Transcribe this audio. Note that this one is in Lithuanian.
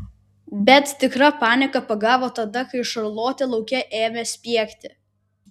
bet tikra panika pagavo tada kai šarlotė lauke ėmė spiegti